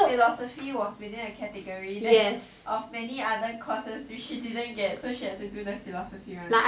so philosophy was within a category of many other courses which she didn't get so she had to do the philosophy